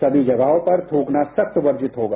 समी जगहों पर थूकना सख्त वर्जित होगा